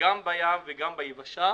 גם בים וגם ביבשה